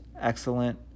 Excellent